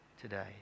today